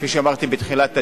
כפי שאמרתי בתחילת הדיון: